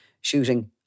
shooting